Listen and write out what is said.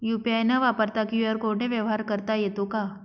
UPI न वापरता QR कोडने व्यवहार करता येतो का?